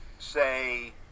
Say